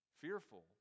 fearful